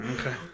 Okay